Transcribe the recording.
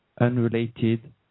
unrelated